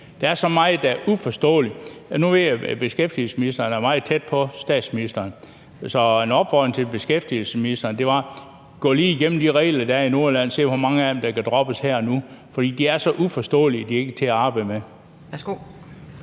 Der er så meget, der er uforståeligt. Nu ved jeg, at beskæftigelsesministeren er meget tæt på statsministeren, så en opfordring til beskæftigelsesministeren skal være: Gennemgå lige de regler, der er i Nordjylland, og se, hvor mange af dem der kan droppes her og nu. For de er så uforståelige, at de ikke er til at arbejde med.